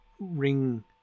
ring